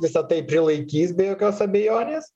visa tai prilaikys be jokios abejonės